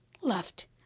left